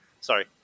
Sorry